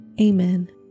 Amen